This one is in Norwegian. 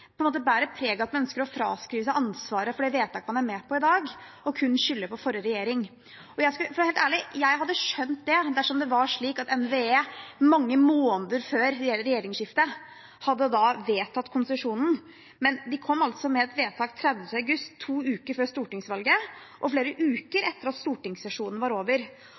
på en måte preg av at man ønsker å fraskrive seg ansvaret for det vedtaket man er med på i dag, og kun skylder på forrige regjering. For å være helt ærlig: Jeg hadde skjønt det dersom det var slik at NVE mange måneder før regjeringsskiftet hadde gitt konsesjonen, men de kom altså med et vedtak 30. august, to uker før stortingsvalget og flere uker etter at stortingssesjonen var over.